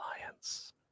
Alliance